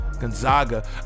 gonzaga